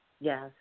Yes